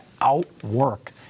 outwork